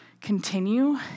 continue